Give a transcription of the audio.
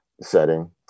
Setting